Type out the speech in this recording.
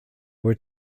were